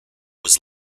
was